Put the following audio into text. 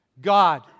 God